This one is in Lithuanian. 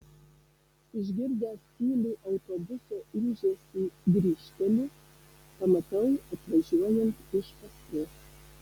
išgirdęs tylų autobuso ūžesį grįžteliu pamatau atvažiuojant iš paskos